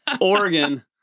Oregon